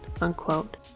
unquote